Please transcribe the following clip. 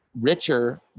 richer